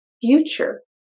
future